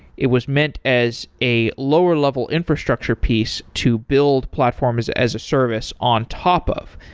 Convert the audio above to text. it was meant as a lower level infrastructure piece to build platforms as a service on top of,